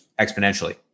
exponentially